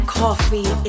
coffee